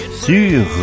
sur